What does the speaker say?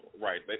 right